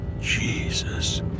Jesus